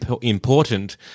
important